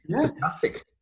fantastic